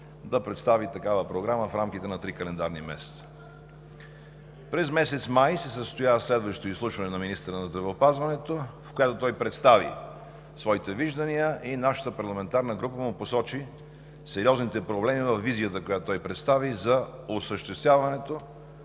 да представи такава програма в рамките на три календарни месеца. През месец май се състоя следващо изслушване на министъра на здравеопазването, в което той представи своите виждания и нашата парламентарна група му посочи сериозните проблеми във визията, която той представи, за осъществяването